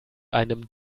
einem